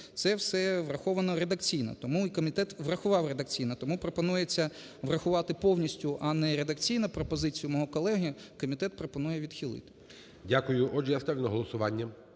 Це все враховано редакційно, тому комітет і врахував редакційно. Тому пропонується врахувати повністю, а не редакційно пропозицію мого колеги. Комітет пропонує відхилити. ГОЛОВУЮЧИЙ. Дякую. Отже, я ставлю на голосування